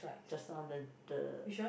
just now the the